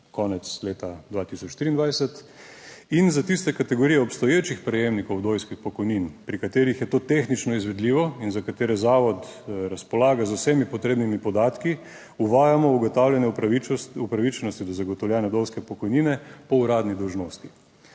konec leta 2023 in za tiste kategorije obstoječih prejemnikov vdovskih pokojnin, pri katerih je to tehnično izvedljivo in za katere zavod razpolaga z vsemi potrebnimi podatki, uvajamo ugotavljanje upravičenosti do zagotovljene vdovske pokojnine po uradni dolžnosti.